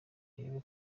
irebe